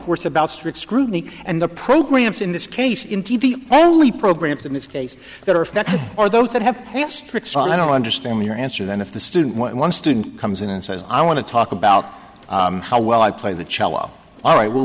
course about strict scrutiny and the programs in this case in t v evilly programs in this case that are affected are those that have passed and i don't understand your answer then if the student one student comes in and says i want to talk about how well i play the cello all right we'll